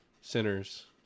sinners